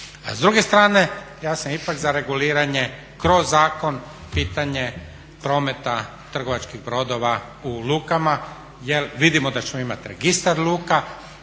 s druge strane ja sam ipak za reguliranje kroz zakon, pitanje prometa trgovačkih brodova u lukama jel vidimo da ćemo imati registar luka,